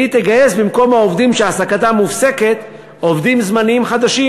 היא תגייס במקום העובדים שהעסקתם מופסקת עובדים זמניים חדשים,